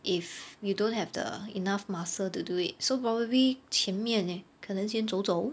if you don't have the enough muscle to do it so probably 前面 leh 可能先走走